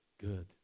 good